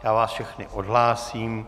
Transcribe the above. Já vás všechny odhlásím.